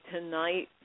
tonight